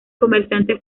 comerciante